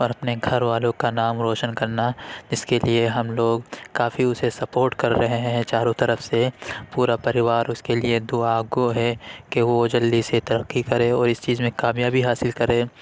اور اپنے گھر والوں کا نام روشن کرنا اس کے لیے ہم لوگ کافی اسے سپورٹ کر رہے ہیں چاروں طرف سے پورا پریوار اس کے لیے دعاگو ہے کہ وہ جلدی سے ترقی کرے اور اس چیز میں کامیابی حاصل کرے